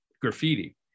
graffiti